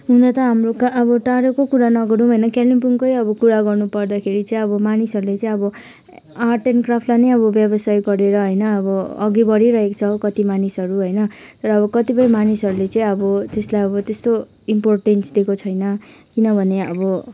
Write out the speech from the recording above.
हुन त हाम्रो त अब टाडो कुरा नगरौँ होइन कालिम्पोङकै अब कुरा गर्नु पर्दाखेरि चाहिँ अब मानिसहरूले चाहिँ अब आर्ट एन्ड क्राफ्टलाई नै अब व्यवसाय गरेर होइन अब अघि बढी रहेको छ कति मानिसहरू होइन र अब कतिपय मानिसहरूले चाहिँ अब त्यसलाई अब त्यस्तो इम्पोर्टेन्स दिएको छैन किनभने अब